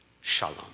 Shalom